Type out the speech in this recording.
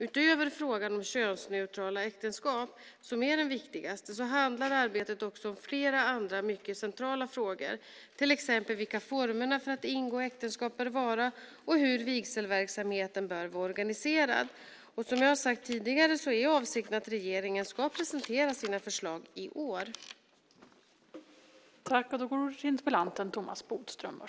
Utöver frågan om könsneutrala äktenskap, som är den viktigaste, handlar arbetet också om flera andra mycket centrala frågor, till exempel vilka formerna för att ingå äktenskap bör vara och hur vigselverksamheten bör vara organiserad. Som jag har sagt tidigare är avsikten att regeringen ska kunna presentera sina förslag i år.